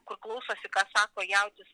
kur klausosi ką sako jautis